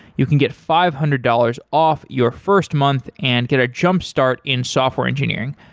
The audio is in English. you can get five hundred dollars off your first month and get a jumpstart in software engineering.